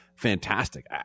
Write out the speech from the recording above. fantastic